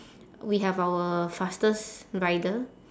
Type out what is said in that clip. we have our fastest rider